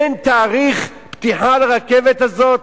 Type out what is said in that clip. אין תאריך פתיחה לרכבת הזאת?